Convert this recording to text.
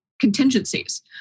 contingencies